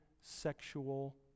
sexual